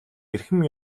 эрхэм